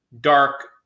dark